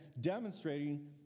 demonstrating